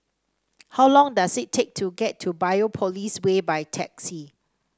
how long does it take to get to Biopolis Way by taxi